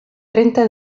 trenta